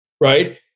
Right